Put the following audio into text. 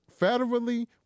federally